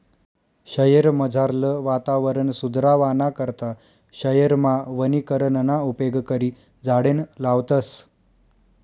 शयेरमझारलं वातावरण सुदरावाना करता शयेरमा वनीकरणना उपेग करी झाडें लावतस